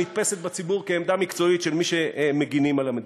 שנתפסת בציבור כעמדה מקצועית של מי שמגינים על המדינה.